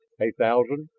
a thousand,